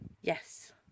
Yes